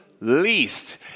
least